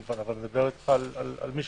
אני לא מדבר על כל עובדי הרשות המקומית,